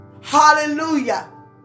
Hallelujah